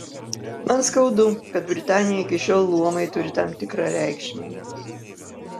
man skaudu kad britanijoje iki šiol luomai turi tam tikrą reikšmę